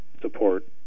support